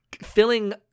filling